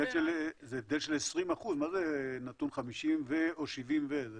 זה הבדל של 20%. מה זה נתון 50 ו- או 70 ו-?